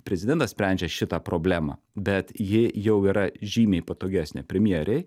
prezidentas sprendžia šitą problemą bet ji jau yra žymiai patogesnė premjerei